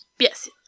Yes